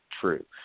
true